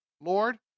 Lord